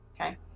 Okay